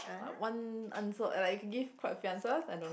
one answer like you can give quite a few answers I don't know